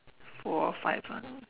four or five ah